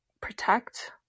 protect